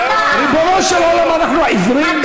ריבונו של עולם, אנחנו עיוורים?